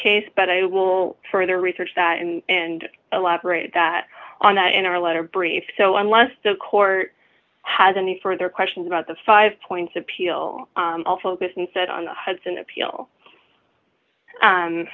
case but i will further research that and elaborate that on that in our letter brief so unless the court has any further questions about the five points appeal i'll focus instead on the hudson appeal